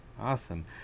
awesome